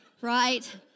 right